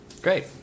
Great